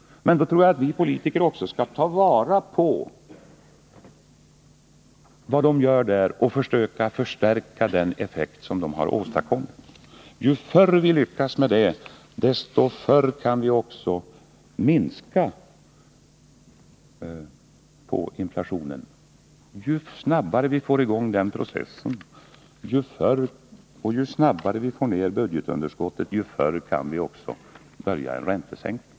Men då måste vi politiker också ta vara på den och försöka förstärka den effekt som LO har åstadkommit. Ju förr vi lyckas med det, ju förr kan vi minska inflationen. Ju snabbare vi får i gång den processen och ju snabbare vi får ned budgetunderskottet, desto snabbare kan vi genomföra en räntesänkning.